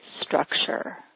structure